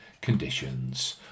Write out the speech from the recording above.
conditions